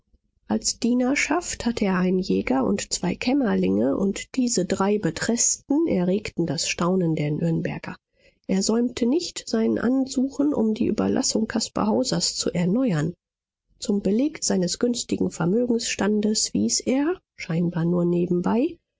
als dienerschaft hatte er einen jäger und zwei kämmerlinge und diese drei betreßten erregten das staunen der nürnberger er säumte nicht sein ansuchen um die überlassung caspar hausers zu erneuern zum beleg seines günstigen vermögensstandes wies er scheinbar nur nebenbei